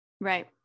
right